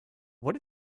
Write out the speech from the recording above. what